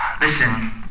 Listen